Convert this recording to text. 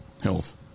health